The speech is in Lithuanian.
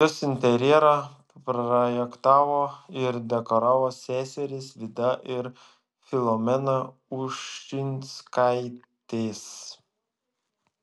jos interjerą projektavo ir dekoravo seserys vida ir filomena ušinskaitės